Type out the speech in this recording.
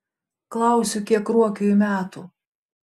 klausiu kiek ruokiui metų